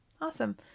awesome